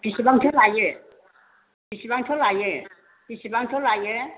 बेसेबांथो लायो बेसेबांथो लायो बेसेबांथो लायो